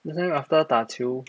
不是因为 after 打球